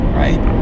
right